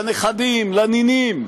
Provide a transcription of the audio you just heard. לנכדים ולנינים?